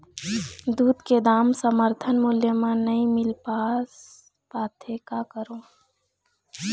दूध के दाम समर्थन मूल्य म नई मील पास पाथे, का करों?